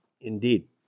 indeed